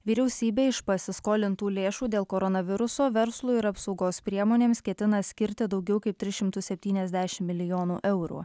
vyriausybė iš pasiskolintų lėšų dėl koronaviruso verslui ir apsaugos priemonėms ketina skirti daugiau kaip tris šimtus septyniasdešim milijonų eurų